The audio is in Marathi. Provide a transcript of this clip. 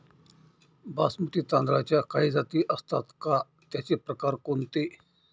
बासमती तांदळाच्या काही जाती असतात का, त्याचे प्रकार कोणते?